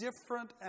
different